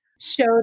show